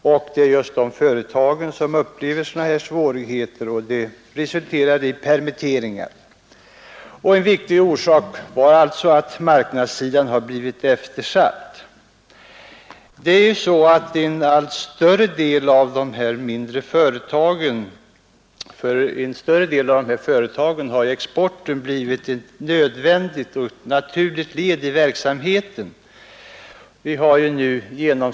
Det är just de företagen som upplever sådana svårigheter att det resulterar i permitteringar. En viktig orsak härtill är att marknadssidan blivit eftersatt. För en allt större del av dessa företag har exporten blivit ett nödvändigt och naturligt led i verksamheten.